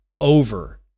over